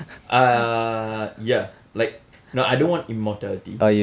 uh ya like no I don't want immortality